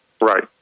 Right